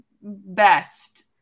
best